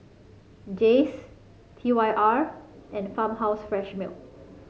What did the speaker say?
Jays T Y R and Farmhouse Fresh Milk